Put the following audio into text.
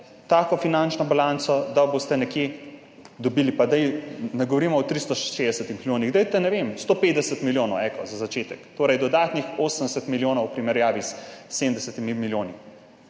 tako finančno balanco, da boste nekje dobili, pa daj ne govorimo o 360 milijonih, dajte, ne vem, 150 milijonov eko za začetek, torej dodatnih 80 milijonov v primerjavi s 70 milijoni.